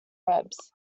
webs